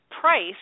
price